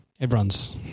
everyone's